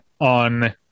on